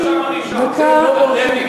הר-הבית?